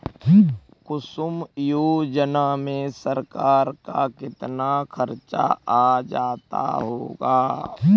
कुसुम योजना में सरकार का कितना खर्चा आ जाता होगा